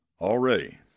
Already